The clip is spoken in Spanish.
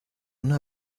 una